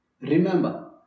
Remember